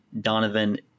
Donovan